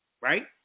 right